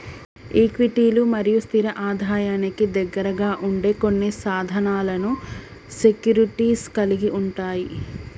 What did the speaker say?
ఈక్విటీలు మరియు స్థిర ఆదాయానికి దగ్గరగా ఉండే కొన్ని సాధనాలను సెక్యూరిటీస్ కలిగి ఉంటయ్